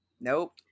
nope